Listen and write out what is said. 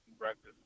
breakfast